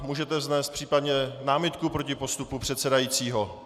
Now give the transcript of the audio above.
Můžete vznést případně námitku proti postupu předsedajícího.